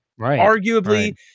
arguably